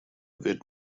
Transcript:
wird